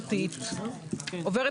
הסיפה